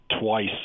twice